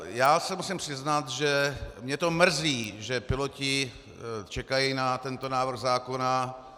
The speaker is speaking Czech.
Já se musím přiznat, že mě to mrzí, že piloti čekají na tento návrh zákona.